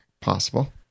Possible